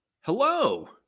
Hello